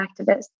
activists